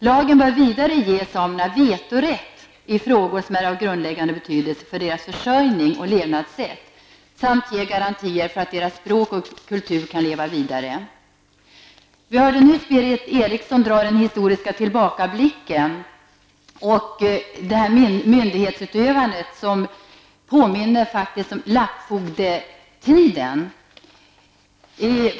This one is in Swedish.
Lagen bör vidare ge samerna vetorätt i frågor som är av grundläggande betydelse för deras försörjning och levnadssätt samt ge garantier för att deras språk och kultur kan leva vidare. Vi hörde nyss Berith Eriksson göra en historisk tillbakablick och tala om det myndighetsutövande som faktiskt påminner om lappfogdetiden.